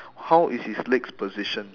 how is his legs positioned